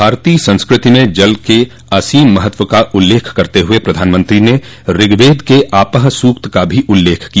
भारतीय संस्कृति में जल के असीम महत्व का उल्लेख करत हुए प्रधानमंत्री ने ऋग्वेद के आपः सूक्त का भी उल्लेख किया